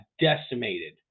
decimated